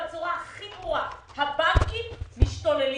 הבנקים משתוללים.